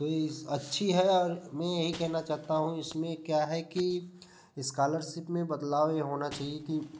तो ये अच्छी है और मे यही कहना चाहता हूँ इसमें क्या है कि इस्कालरसिप में बदलाव यह होना चाहिए कि